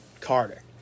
Carter